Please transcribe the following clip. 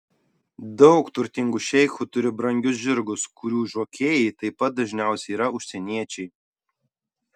daug turtingų šeichų turi brangius žirgus kurių žokėjai taip pat dažniausiai yra užsieniečiai